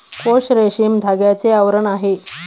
कोश रेशमी धाग्याचे आवरण आहे